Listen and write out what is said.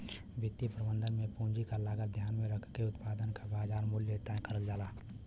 वित्तीय प्रबंधन में पूंजी क लागत ध्यान में रखके उत्पाद क बाजार मूल्य तय करल जाला